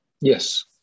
Yes